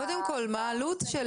קודם כול, מה העלות של